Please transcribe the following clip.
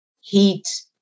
heat